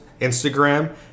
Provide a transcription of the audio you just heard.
instagram